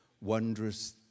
wondrous